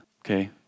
okay